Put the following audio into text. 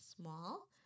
small